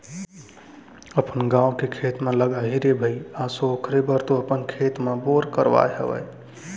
अपन गाँवे के खेत म लगाही रे भई आसो ओखरे बर तो अपन खेत म बोर करवाय हवय